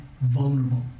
vulnerable